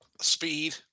Speed